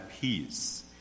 peace